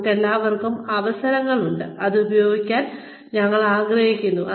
നമുക്കെല്ലാവർക്കും അവസരങ്ങളുണ്ട് അത് ഉപയോഗിക്കാൻ ഞങ്ങൾ ആഗ്രഹിക്കുന്നു